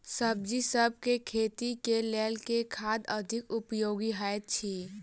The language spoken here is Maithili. सब्जीसभ केँ खेती केँ लेल केँ खाद अधिक उपयोगी हएत अछि?